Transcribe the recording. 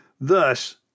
Thus